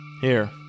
Here